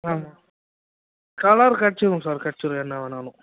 ஆமாம் கலர் கெடச்சிக்கும் சார் கெடச்சிரும் என்ன வேணாலும்